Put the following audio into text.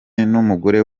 n’umugore